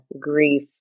grief